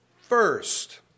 First